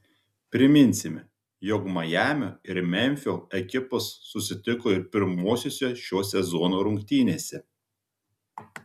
priminsime jog majamio ir memfio ekipos susitiko ir pirmosiose šio sezono rungtynėse